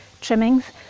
trimmings